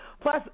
plus